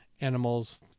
animals